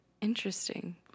Interesting